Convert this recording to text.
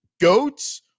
goats